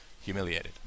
humiliated